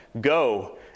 Go